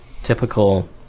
typical